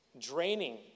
draining